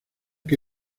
que